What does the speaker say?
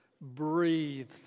breathe